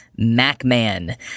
MacMan